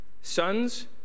Sons